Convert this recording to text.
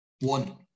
One